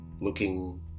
Looking